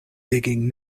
digging